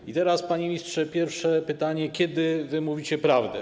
I teraz, panie ministrze, pierwsze pytanie: Kiedy mówicie prawdę?